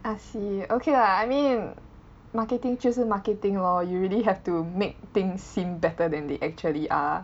I see okay lah I mean marketing 就是 marketing lor you really have to make things seem better than they actually are